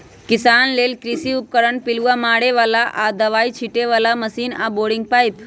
किसान लेल कृषि उपकरण पिलुआ मारे बला आऽ दबाइ छिटे बला मशीन आऽ बोरिंग पाइप